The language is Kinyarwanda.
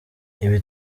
ibi